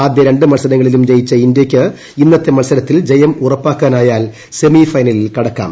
ആദ്യ രണ്ട് മത്സരങ്ങളിലും ജയിച്ചു ഇന്ത്യയ്ക്ക് ഇന്നത്തെ മത്സരത്തിൽ ജയം ഉറപ്പാക്കാനായാൽ ്സെമി ഫൈനലിൽ കടക്കാം